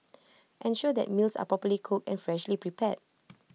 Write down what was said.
ensure that meals are properly cooked and freshly prepared